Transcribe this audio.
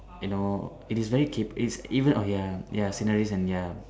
you know it is very cap~ is even okay ya ya sceneries and ya